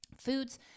Foods